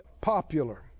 popular